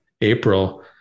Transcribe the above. april